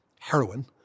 heroin